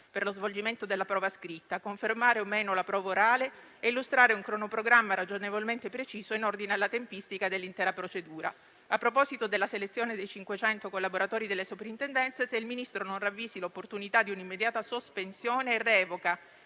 per lo svolgimento della prova scritta, confermare o meno la prova orale e illustrare un cronoprogramma ragionevolmente preciso in ordine alla tempistica dell'intera procedura; a proposito della selezione dei 500 collaboratori delle Soprintendenze ABAP, se il Ministro non ravvisi l'opportunità di un'immediata sospensione e revoca